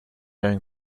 going